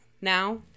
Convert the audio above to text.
now